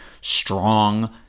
strong